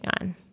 on